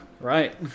Right